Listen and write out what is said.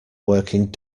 working